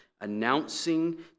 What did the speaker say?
announcing